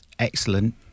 excellent